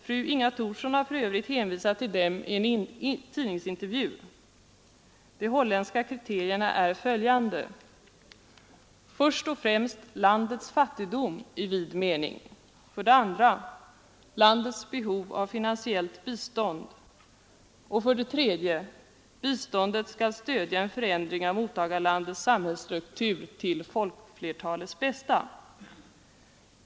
Fru Inga Thorsson har för övrigt hänvisat till den i en tidningsintervju. De holländska kriterierna är följande: för det första landets fattigdom i vid mening, för det andra landets behov av finansiellt bistånd och för det tredje biståndets förutsättningar att stödja en förändring av mottagarlandets samhällsstruktur till folkflertalets bästa.